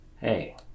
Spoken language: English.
Hey